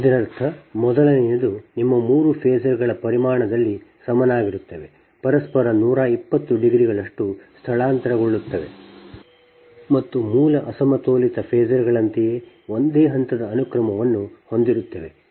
ಇದರರ್ಥ ಮೊದಲನೆಯದು ನಿಮ್ಮ ಮೂರು ಫೇಸರ್ ಗಳ ಪರಿಮಾಣದಲ್ಲಿ ಸಮನಾಗಿರುತ್ತದೆ ಪರಸ್ಪರ 120 ಡಿಗ್ರಿಗಳಷ್ಟು ಸ್ಥಳಾಂತರಗೊಳ್ಳುತ್ತದೆ ಮತ್ತು ಮೂಲ ಅಸಮತೋಲಿತ ಫೇಸರ್ ಗಳಂತೆಯೇ ಒಂದೇ ಹಂತದ ಅನುಕ್ರಮವನ್ನು ಹೊಂದಿರುತ್ತದೆ